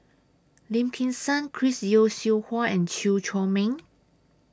Lim Kim San Chris Yeo Siew Hua and Chew Chor Meng